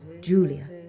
Julia